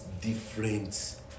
different